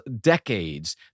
decades